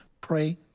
Pray